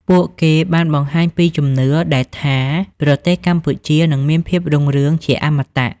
ពួកគេបានបង្ហាញពីជំនឿដែលថាប្រទេសកម្ពុជានឹងមានភាពរុងរឿងជាអមតៈ។